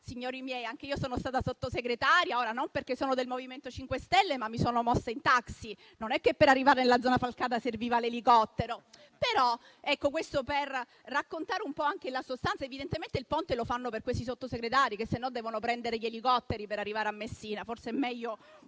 Signori miei, anche io sono stata Sottosegretaria: ora, non perché sono del MoVimento 5 Stelle, ma mi sono mossa in taxi. Non è che per arrivare nella Zona Falcata servisse l'elicottero. Questo per raccontare un po' anche la sostanza. Evidentemente, il ponte lo fanno per questi Sottosegretari, che sennò devono prendere gli elicotteri per arrivare a Messina; forse è meglio